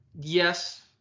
yes